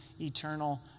eternal